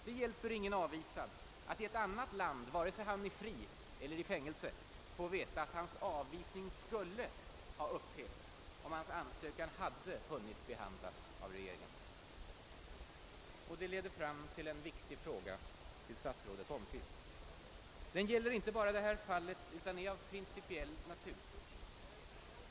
Det hjälper ingen avvisad att i ett annat land, vare sig han är fri eller i fängelse, få veta att hans avvisning skulle ha upphävts, om hans ansökan hade hunnit behandlas av regeringen. Det här leder fram till en viktig fråga till statsrådet Holmqvist. Den gäller inte bara detta fall utan är av principiell natur.